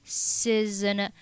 season